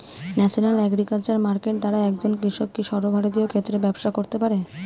National agriculture market দ্বারা একজন কৃষক কি সর্বভারতীয় ক্ষেত্রে ব্যবসা করতে পারে?